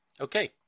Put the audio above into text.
Okay